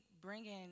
bringing